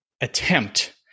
attempt